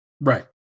Right